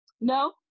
no